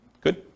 Good